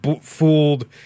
fooled